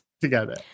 together